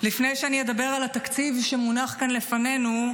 לפני שאני אדבר על התקציב שמונח כאן לפנינו,